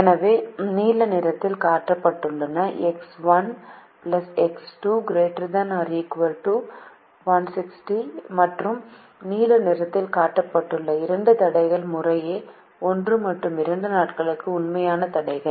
எனவே நீல நிறத்தில் காட்டப்பட்டுள்ள X1 X2≥160 மற்றும் நீல நிறத்தில் காட்டப்பட்டுள்ள இரண்டு தடைகள் முறையே 1 மற்றும் 2 நாட்களுக்கு உண்மையான தடைகள்